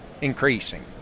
increasing